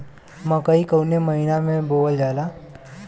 मकई कवने महीना में बोवल जाला?